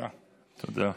תודה.